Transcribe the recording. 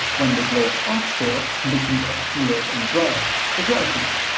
when they blow offshore, conditions are cooler and drier the dry season.